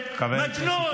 מג'נון.